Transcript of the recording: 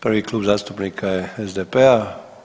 Prvi Klub zastupnika je SDP-a.